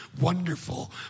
wonderful